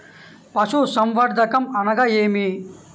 పశుసంవర్ధకం అనగా ఏమి?